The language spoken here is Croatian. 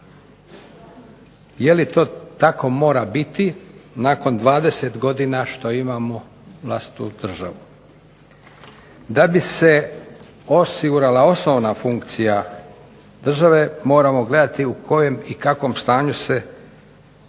Je li to tako mora biti, nakon 20 godina što imamo vlastitu državu? Da bi se osigurala osnovna funkcija države, moramo gledati u kojem i kakvom stanju se nalazi